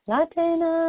Latina